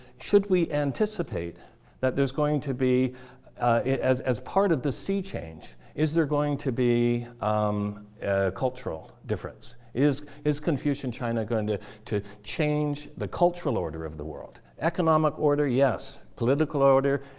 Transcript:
should we anticipate that there's going to be as as part of the sea change, is there going to be um cultural difference? is is confucian china going to to change the cultural order of the world? economic order, yes, political order,